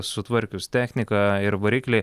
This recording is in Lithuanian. sutvarkius techniką ir variklį